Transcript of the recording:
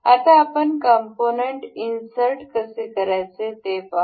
आता पण component insert कसे करायचे ते पाहू